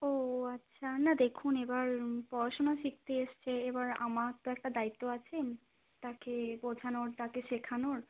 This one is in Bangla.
ও আচ্ছা না দেখুন এবার পড়াশোনা শিখতে এসছে এবার আমার তো একটা দায়িত্ব আছে তাকে বোঝানোর তাকে শেখানোর